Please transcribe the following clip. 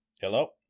Hello